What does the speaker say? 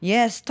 Yes